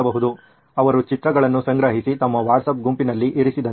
ಅವರು ಚಿತ್ರಗಳನ್ನು ಸಂಗ್ರಹಿಸಿ ತಮ್ಮ ವಾಟ್ಸಾಪ್ ಗುಂಪಿನಲ್ಲಿ ಇರಿಸಿದಂತೆ